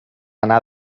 anar